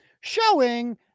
showing